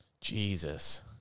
Jesus